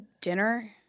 dinner